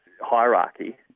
hierarchy